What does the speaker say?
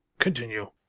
continue.